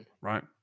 right